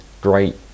great